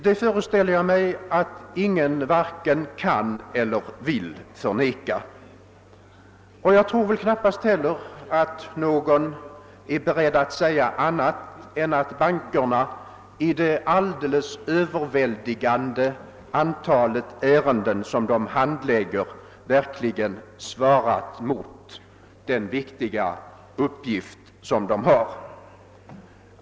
Detta föreställer jag mig att ingen vare sig kan eller vill förneka. Jag tror väl knappast heller att någon är beredd att säga annat än att bankerna i det alldeles överväldigande antalet ärenden som de handlägger verkligen svarat mot den viktiga uppgift som de har.